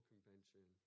convention